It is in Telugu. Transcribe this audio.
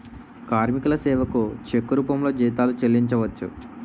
కార్మికుల సేవకు చెక్కు రూపంలో జీతాలు చెల్లించవచ్చు